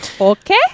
Okay